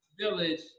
Village